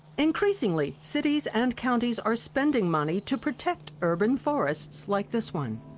increasingly, cities and counties are spending money to protect urban forests like this one.